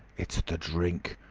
it's the drink!